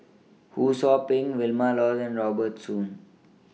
Ho SOU Ping Vilma Laus and Robert Soon